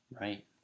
Right